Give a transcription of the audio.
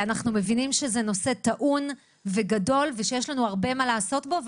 אנחנו מבינים שזה נושא טעון וגדול ושיש לנו הרבה מה לעשות בו.